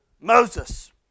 Moses